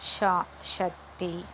Shah Sathy